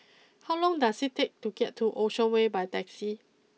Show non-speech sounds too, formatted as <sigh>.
<noise> how long does it take to get to Ocean way by taxi